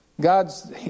God's